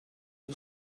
you